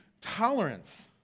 Tolerance